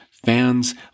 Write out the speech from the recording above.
fans